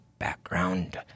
background